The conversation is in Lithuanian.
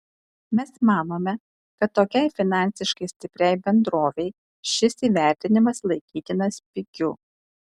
mes manome kad tokiai finansiškai stipriai bendrovei šis įvertinimas laikytinas pigiu